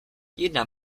jedna